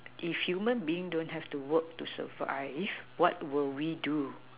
if human being don't have to work to survive what will we do